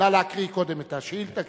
נא להקריא קודם את השאילתא,